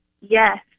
Yes